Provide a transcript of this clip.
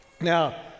Now